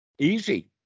easy